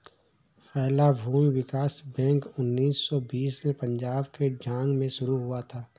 पहला भूमि विकास बैंक उन्नीस सौ बीस में पंजाब के झांग में शुरू हुआ था